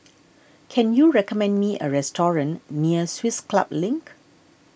can you recommend me a restaurant near Swiss Club Link